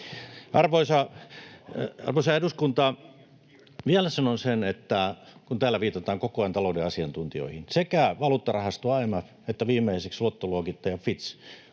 Arvoisa eduskunta! Vielä sanon sen, kun täällä viitataan koko ajan talouden asiantuntijoihin, että sekä valuuttarahasto IMF että viimeksi luottoluokittaja Fitch